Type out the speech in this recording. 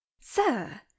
Sir